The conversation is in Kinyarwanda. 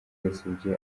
yasabye